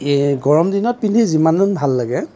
এই গৰম দিনত পিন্ধি যিমানেই ভাল লাগে